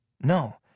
No